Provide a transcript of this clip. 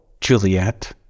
Juliet